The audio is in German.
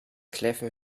kläffen